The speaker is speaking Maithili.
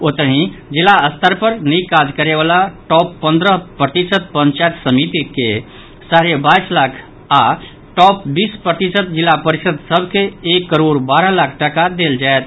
ओतहि जिला स्तर पर निक काज करयवला टॉप पंद्रह प्रतिशत पंचायत समिति के साढ़े बाईस लाख आओर टॉप बीस प्रतिशत जिला परिषद् सभ के एक करोड़ बारह लाख टाका देल जायत